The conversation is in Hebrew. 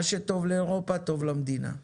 מה שטוב לאירופה טוב למדינה.